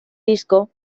disco